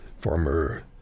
former